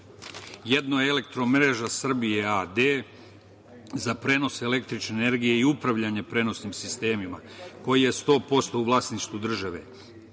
Jedno je EMS a.d. za prenos električne energije i upravljanje prenosnim sistemima koje je 100% u vlasništvu države.